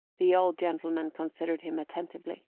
the old gentleman considered him attentively.